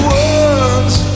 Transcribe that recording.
Words